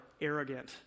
arrogant